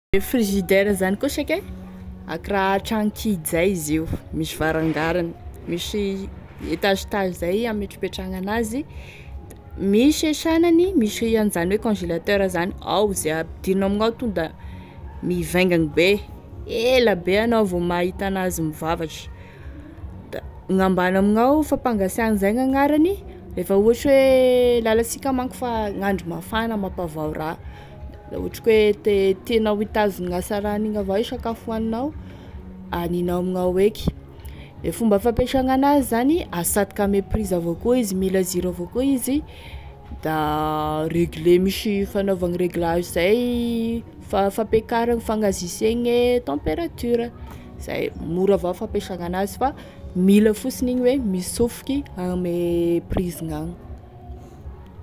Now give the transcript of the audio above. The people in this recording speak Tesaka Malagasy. E frigidaire zany koa saky e, akoraha tragno kidy zay izy io misy varangaragny, misy étagetage zay ametrapetrahagny an'azy da misy e sagnany misy anzany hoe congélateur zany, ao ze ampidirinao ao amignao da mivaingagny be ela be anao vo mahita an'azy mivavatry, da gn'ambany amignao fampangasiahagny zay gn'agnarany, refa ohatry hoe lalatsika manko fa gn'andro mafana mampavao raha raha ohatry ka hoe te tianao hitazogny gn'asaragny igny avao e sakafo hoanignao, aninao amignao eky, e fomba fampiasagny an'azy zany asatoky ame prizy avao koa izy, mila ziro avao koa izy da régler misy fanaovagny réglage zay, fampiakaragny fagnazesegny e température, zay mora avao fampiasagny an'azy fa mila fosiny igny hoe misofoky ame prizy gn'agny.